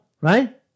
right